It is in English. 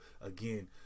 again